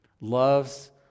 loves